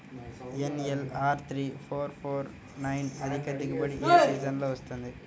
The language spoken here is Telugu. NLR three four four four nine అధిక దిగుబడి ఏ సీజన్లలో వస్తుంది?